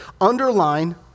underline